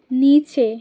নিচে